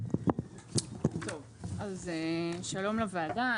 שלום לוועדה,